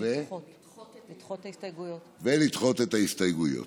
ולדחות את ההסתייגויות.